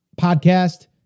podcast